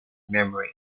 memory